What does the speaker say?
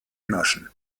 naschen